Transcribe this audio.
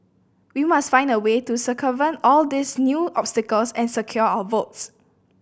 we must find a way to circumvent all these new obstacles and secure our votes